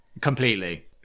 Completely